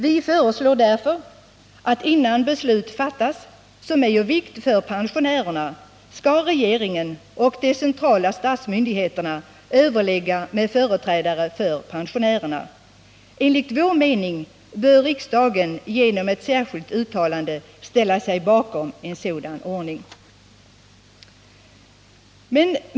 Vi föreslår därför, att innan beslut fattas som är av vikt för pensionärerna, skall regeringen och de centrala statsmyndigheterna överlägga med företrädare för pensionärerna. Enligt vår mening bör riksdagen genom ett särskilt uttalande ställa sig bakom en sådan ordning.